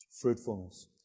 Fruitfulness